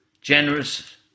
generous